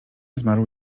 zmarł